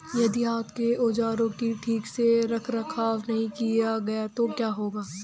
यदि हाथ के औजारों का ठीक से रखरखाव नहीं किया गया तो क्या होगा?